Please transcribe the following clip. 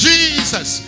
Jesus